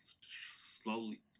slowly